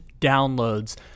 downloads